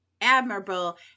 admirable